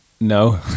No